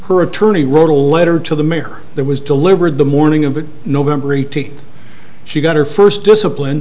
her attorney wrote a letter to the mayor that was delivered the morning of november eighteenth she got her first discipline